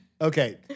Okay